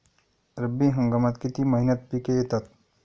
रब्बी हंगामात किती महिन्यांत पिके येतात?